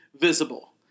visible